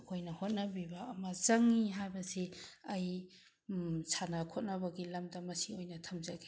ꯑꯩꯈꯣꯏꯅ ꯍꯣꯠꯅꯕꯤꯕ ꯑꯃ ꯆꯪꯉꯤ ꯍꯥꯏꯕꯁꯤ ꯑꯩ ꯁꯥꯟꯅ ꯈꯣꯠꯅꯕꯒꯤ ꯂꯝꯗ ꯃꯁꯤ ꯑꯣꯏꯅ ꯊꯝꯖꯒꯦ